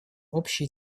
общие